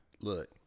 Look